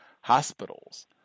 Hospitals